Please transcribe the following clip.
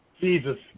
Jesus